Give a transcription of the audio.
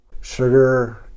Sugar